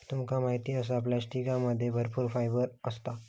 तुमका माहित हा फ्लॅक्ससीडमध्ये भरपूर फायबर असता